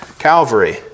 Calvary